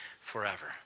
forever